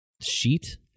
sheet